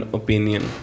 opinion